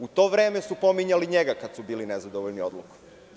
U to vreme su pominjali njega, kada su bili nezadovoljni odlukom.